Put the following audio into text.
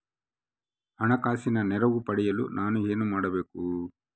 ಹಣಕಾಸಿನ ನೆರವು ಪಡೆಯಲು ನಾನು ಏನು ಮಾಡಬೇಕು?